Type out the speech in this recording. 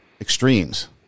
extremes